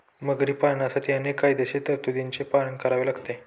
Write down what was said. मगरी पालनासाठी अनेक कायदेशीर तरतुदींचे पालन करावे लागते